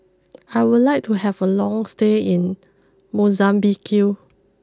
I would like to have a long stay in Mozambique